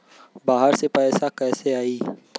बाहर से पैसा कैसे आई?